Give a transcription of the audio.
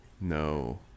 no